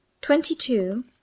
Twenty-two